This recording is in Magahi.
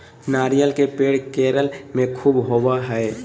नारियल के पेड़ केरल में ख़ूब होवो हय